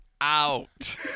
out